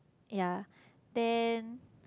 yea then